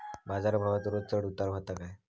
बाजार भावात रोज चढउतार व्हता काय?